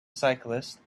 cyclists